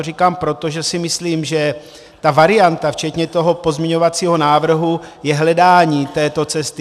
Říkám to proto, že si myslím, že ta varianta včetně toho pozměňovacího návrhu je hledání této cesty.